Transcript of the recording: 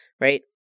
right